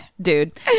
dude